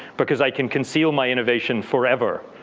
because i can conceal my innovation forever,